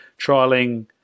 trialing